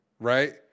right